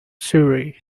surrey